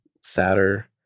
sadder